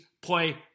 play